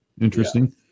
Interesting